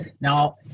Now